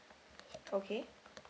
okay